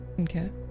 Okay